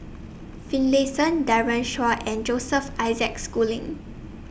Finlayson Daren Shiau and Joseph Isaac Schooling